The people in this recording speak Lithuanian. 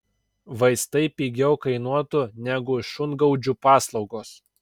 vaistai pigiau kainuotų negu šungaudžių paslaugos